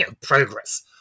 progress